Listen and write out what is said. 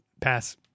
Pass